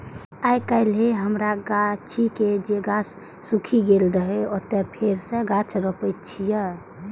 आइकाल्हि हमरा गाछी के जे गाछ सूखि गेल रहै, ओतय फेर सं गाछ रोपै छियै